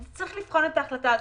צריך לבחון את ההחלטה הזאת.